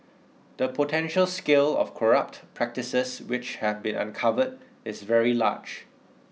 the potential scale of corrupt practices which have been uncovered is very large